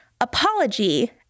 apology